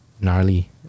gnarly